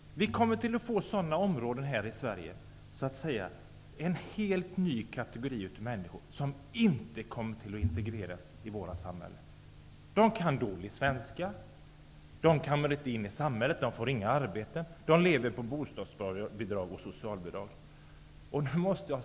Vi kommer att få sådana områden här i Sverige med en helt ny kategori av människor, som inte kommer att integreras i vårt samhälle. De talar dålig svenska, de kommer inte in i samhället, de får inga arbeten -- de lever på bostadsbidrag och socialbidrag.